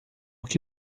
que